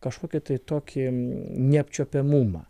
kažkokį tai tokį neapčiuopiamumą